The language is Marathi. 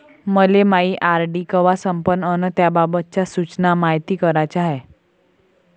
मले मायी आर.डी कवा संपन अन त्याबाबतच्या सूचना मायती कराच्या हाय